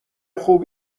خوب